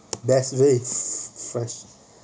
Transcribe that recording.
best way is fresh